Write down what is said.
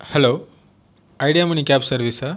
hello idea மணி cab சர்வீஸ்சா